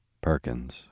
Perkins